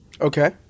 Okay